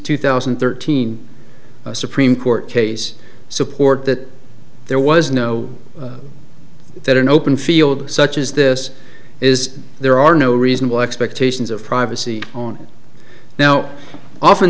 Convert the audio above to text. two thousand and thirteen supreme court case support that there was no that an open field such as this is there are no reasonable expectations of privacy on now